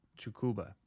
Chukuba